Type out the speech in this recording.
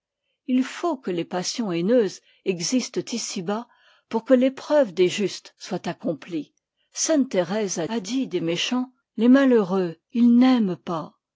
t faut que les passions haineuses existent ici-bas pour que l'épreuve des justes soit accomplie sainte thérèse a dit des méchants les m aae rema ils m'atmek ptm